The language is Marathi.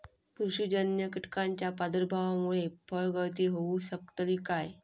बुरशीजन्य कीटकाच्या प्रादुर्भावामूळे फळगळती होऊ शकतली काय?